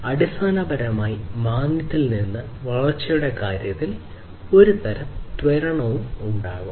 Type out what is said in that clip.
അതിനാൽ അടിസ്ഥാനപരമായി മാന്ദ്യത്തിൽ നിന്ന് വളർച്ചയുടെ കാര്യത്തിൽ ഒരുതരം ത്വരണം ഉണ്ടാകും